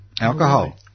alcohol